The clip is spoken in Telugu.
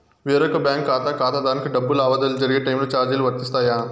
వేరొక బ్యాంకు ఖాతా ఖాతాదారునికి డబ్బు లావాదేవీలు జరిగే టైములో చార్జీలు వర్తిస్తాయా?